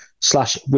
slash